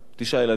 תשעה ילדים.